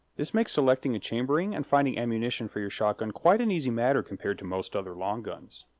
this makes selecting a chambering and finding ammunition for your shotgun quite an easy matter compared to most other long guns.